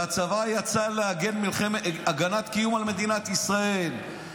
והצבא יצא להגן הגנת קיום על מדינת ישראל.